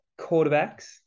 Quarterbacks